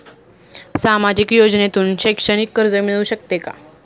सामाजिक योजनेतून शैक्षणिक कर्ज मिळू शकते का?